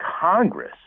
Congress